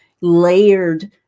layered